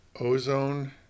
Ozone